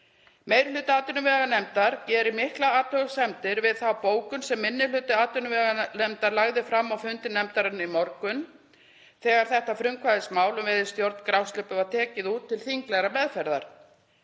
Meiri hluti atvinnuveganefndar gerir miklar athugasemdir við þá bókun sem minni hluti atvinnuveganefndar lagði fram á fundi nefndarinnar í morgun þegar þetta frumkvæðismál um veiðistjórn grásleppu var tekið út til þinglegrar meðferðar.